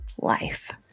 life